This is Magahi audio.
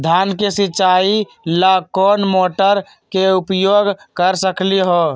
धान के सिचाई ला कोंन मोटर के उपयोग कर सकली ह?